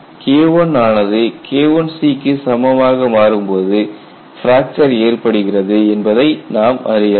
K1 ஆனது K1C க்கு சமமாக மாறும்போது பிராக்சர் ஏற்படுகிறது என்பதை நாம் அறியலாம்